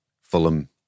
Fulham